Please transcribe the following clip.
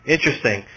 Interesting